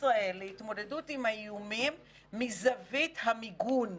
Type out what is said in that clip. ישראל להתמודדות עם האיומים מזווית המיגון,